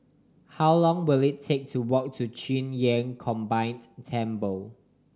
how long will it take to walk to Qing Yun Combined Temple